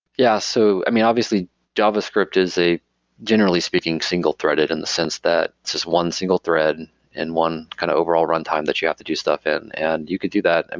yeah. so i mean, obviously javascript is a generally speaking, single-threaded in the sense that it's just one single thread and one kind of overall runtime that you have to do stuff in. and you could do that. i mean,